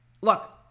look